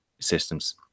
systems